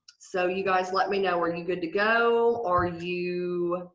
so you guys let me know when you're good to go or you